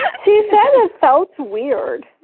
yeah she felt it felt weird.